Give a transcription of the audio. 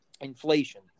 inflation